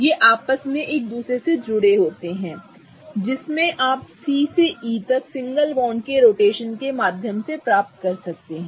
ये आपस में एक दूसरे से जुड़े होते हैं जिसमें आप C से E तक सिंगल बॉन्ड के रोटेशन के माध्यम से प्राप्त कर सकते हैं